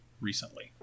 recently